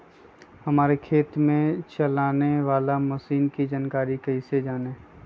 हमारे खेत में चलाने वाली मशीन की जानकारी कैसे जाने?